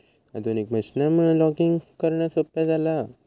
आधुनिक मशीनमुळा लॉगिंग करणा सोप्या झाला हा